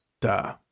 da